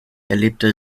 erlebte